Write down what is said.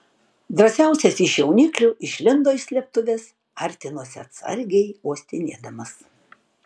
drąsiausias iš jauniklių išlindo iš slėptuvės artinosi atsargiai uostinėdamas